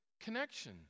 connection